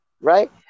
right